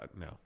no